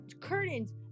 curtains